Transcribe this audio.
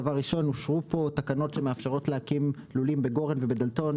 אושרו פה תקנות שמאפשרות להקים לולים בגורן ובדלתות,